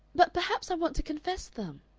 but perhaps i want to confess them.